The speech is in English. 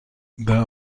there